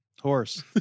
Horse